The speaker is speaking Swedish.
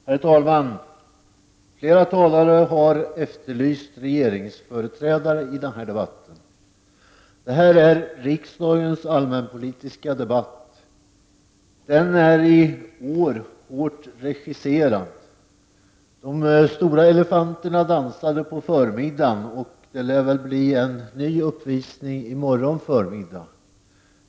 Herr talman! Flera talare har efterlyst regeringsföreträdare i denna debatt. Detta är riksdagens allmänpolitiska debatt. Den är i år hårt regisserad: de stora elefanterna dansade på förmiddagen, och det lär väl bli en ny uppvisning i morgon förmiddag.